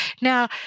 Now